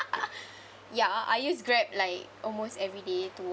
ya I use Grab like almost everyday to